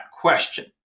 question